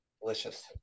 Delicious